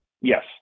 Yes